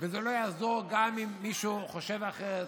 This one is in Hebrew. וזה לא יעזור גם אם מישהו חושב אחרת,